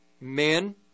men